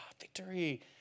Victory